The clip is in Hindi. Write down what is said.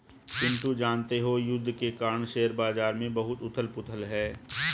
पिंटू जानते हो युद्ध के कारण शेयर बाजार में बहुत उथल पुथल है